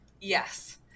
Yes